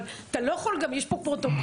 אבל אתה לא יכול -- יש פה פרוטוקול,